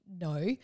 no